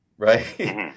Right